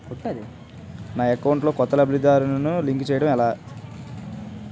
నా అకౌంట్ లో కొత్త లబ్ధిదారులను లింక్ చేయటం ఎలా?